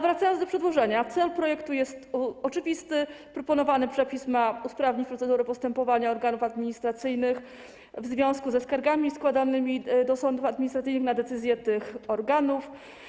Wracając do przedłożenia, chcę powiedzieć, że cel projektu jest oczywisty, proponowany przepis ma usprawnić procedury postępowania organów administracyjnych w związku ze skargami składanymi do sądów administracyjnych na decyzję tych organów.